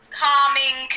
calming